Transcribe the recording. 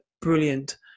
brilliant